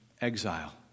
exile